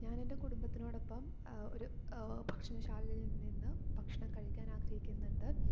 ഞാനെൻ്റെ കുടുംബത്തിനോടൊപ്പം ഒരു ഭക്ഷണശാലയിൽ നിന്ന് ഭക്ഷണം കഴിക്കാൻ ആഗ്രഹിക്കുന്നുണ്ട്